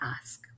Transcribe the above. ask